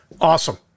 Awesome